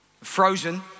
Frozen